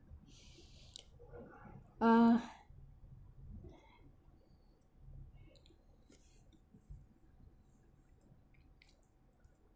uh